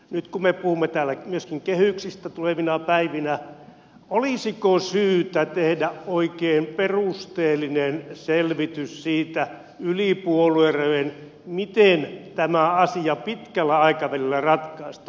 nyt kun me puhumme täällä myöskin kehyksistä tulevina päivinä olisiko syytä tehdä yli puoluerajojen oikein perusteellinen selvitys siitä miten tämä asia pitkällä aikavälillä ratkaistaan